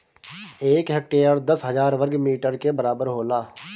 एक हेक्टेयर दस हजार वर्ग मीटर के बराबर होला